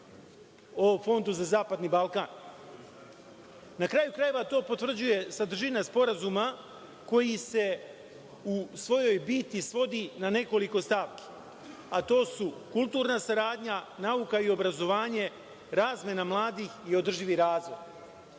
o Fondu za zapadni Balkan. Na kraju krajeva, to potvrđuje sadržina Sporazuma koji se u svojoj biti svodi na nekoliko stavki, a to su kulturna saradnja, nauka i obrazovanje, razmena mladih i održivi razvoj.